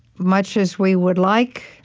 much as we would like